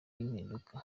y’impinduka